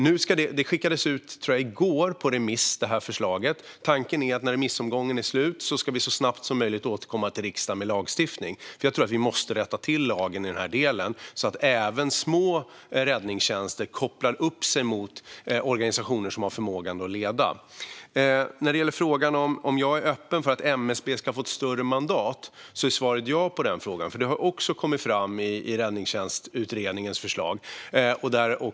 Jag tror att detta förslag skickades ut på remiss i går, och när remissomgången är slut är tanken att vi så snabbt som möjligt ska återkomma till riksdagen med lagstiftning. Jag tror nämligen att vi måste rätta till lagen i den här delen så att även små räddningstjänster kopplar upp sig mot organisationer som har förmågan att leda. När det gäller frågan om jag är öppen för att MSB ska få ett större mandat är svaret ja. Det har nämligen också kommit fram i Räddningstjänstutredningens förslag.